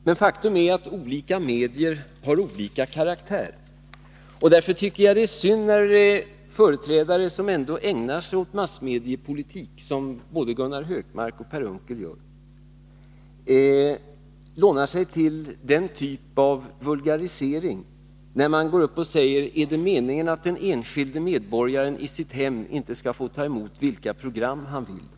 Men faktum är att olika medier har olika karaktär. Därför tycker jag att det är synd när företrädare, som ändå ägnar sig åt massmediepolitik — vilket både Gunnar Hökmark och Per Unckel gör — lånar sig till denna typ av vulgarisering, när de går upp och säger: Är det meningen att den enskilde medborgaren i sitt hem inte skall få ta emot vilka program han vill?